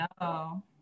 no